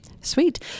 sweet